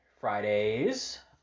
Fridays